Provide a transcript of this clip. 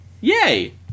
Yay